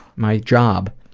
my job.